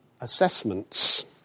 assessments